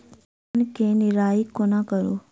धान केँ निराई कोना करु?